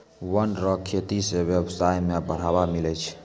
वन रो खेती से व्यबसाय में बढ़ावा मिलै छै